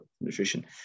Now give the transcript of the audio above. nutrition